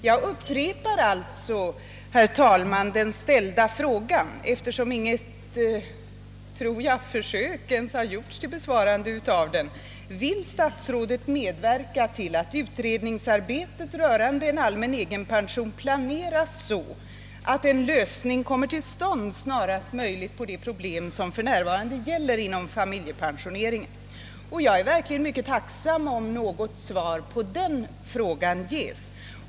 Jag upprepar den i interpellationen ställda frågan, eftersom inget försök ens har gjorts, tycker jag, till besvarande av den: Vill statsrådet medverka till att utredningsarbetet rörande en allmän egenpension planeras så, att en lösning kommer till stånd snarast möjligt på de problem som för närvarande gäller inom familjepensioneringen? Jag är verkligen mycket tacksam för ett svar på den frågan.